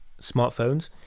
smartphones